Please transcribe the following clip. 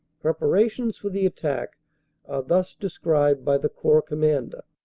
preparations for the attack are thus described by the corps commander